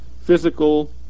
physical